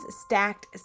stacked